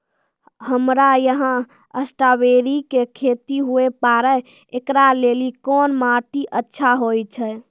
हमरा यहाँ स्ट्राबेरी के खेती हुए पारे, इकरा लेली कोन माटी अच्छा होय छै?